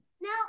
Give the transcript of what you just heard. No